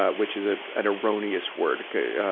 ah which is ah an erroneous word. ah, yeah